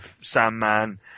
Sandman